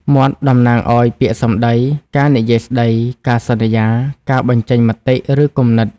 មាត់ តំណាងឱ្យ ពាក្យសម្ដី ការនិយាយស្ដី ការសន្យា ការបញ្ចេញមតិ ឬគំនិត។